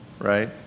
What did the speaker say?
right